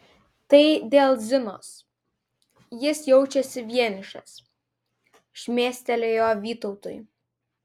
tai dėl zinos jis jaučiasi vienišas šmėstelėjo vytautui